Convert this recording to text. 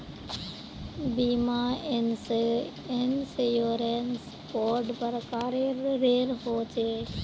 बीमा इंश्योरेंस कैडा प्रकारेर रेर होचे